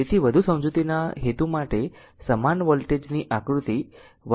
તેથી વધુ સમજૂતીના હેતુ માટે સમાન વોલ્ટેજ ની આકૃતિ 1